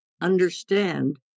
understand